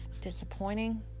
disappointing